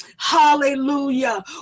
Hallelujah